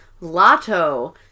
Lotto